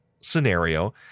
scenario